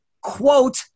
quote